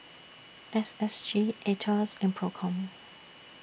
S S G Aetos and PROCOM